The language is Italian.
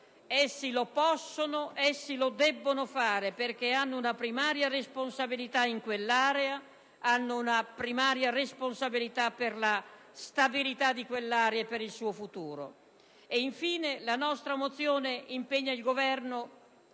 Essi lo possono e lo devono fare perché hanno una primaria responsabilità in quell'area, hanno una primaria responsabilità per la stabilità di quell'area e per il suo futuro. Infine, la nostra mozione impegna il Governo